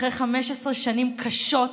אחרי 15 שנים קשות,